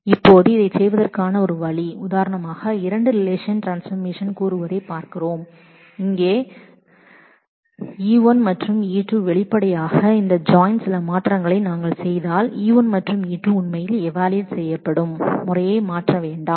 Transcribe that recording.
இப்போது அதைச் செய்வதற்கான ஒரு வழி உதாரணமாக இரண்டு ரிலேஷன் ஜாயின் கூறுவதைப் பார்க்கிறோம் இங்கே E1 மற்றும் E2 வெளிப்படையாக இந்த ஜாயின் மூலம் சில மாற்றங்களை நாங்கள் செய்தால் E1 மற்றும் E2 உண்மையில் ஈவாலூவெட் செய்யப்படும் முறையை மாற்ற வேண்டாம்